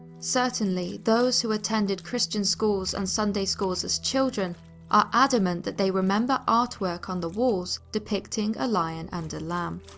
certainly, those who attended christian schools and sunday schools as children are adamant that they remember artwork on the walls depicting a lion and a lamb.